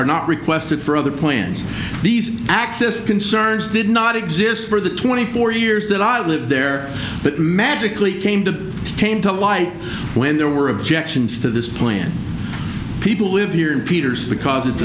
are not requested for other plans these axis concerns did not exist for the twenty four years that i lived there but magically came to came to light when there were objections to this plan people live here and peter's because it's